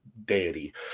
deity